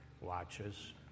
watches